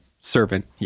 servant